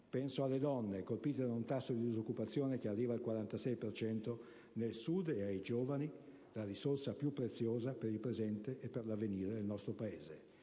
penso alle donne, colpite da un tasso di disoccupazione che arriva al 46 per cento nel Sud e ai giovani, la risorsa più preziosa per il presente e per l'avvenire del nostro Paese.